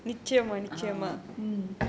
uh mm